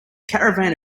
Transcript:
caravan